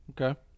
Okay